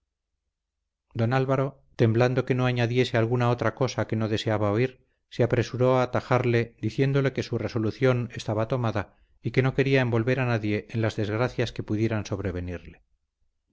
don álvaro temblando que no añadiese alguna otra cosa que no deseaba oír se apresuró a atajarle diciéndole que su resolución estaba tomada y que no quería envolver a nadie en las desgracias que pudieran sobrevenirle